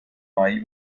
mai